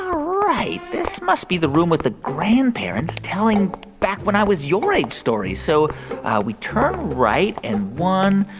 ah right. this must be the room with the grandparents telling back when i was your age stories. so we turn right. and one,